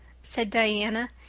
said diana.